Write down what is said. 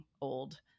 old